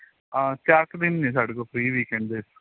ਚਾਰ ਕੁ ਦਿਨ ਨੇ ਸਾਡੇ ਕੋਲ ਫ੍ਰੀ ਵੀਕਐਂਡ ਦੇ